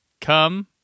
come